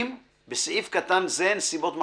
(2)בסעיף קטן זה, "נסיבות מחמירות"